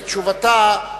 לתשובתה,